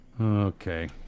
Okay